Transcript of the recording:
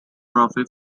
trophy